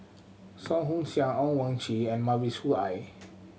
Song Ong Siang Owyang Chi and Mavis Khoo Oei